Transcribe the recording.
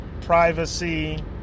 privacy